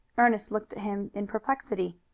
ernest looked at him in perplexity.